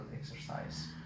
exercise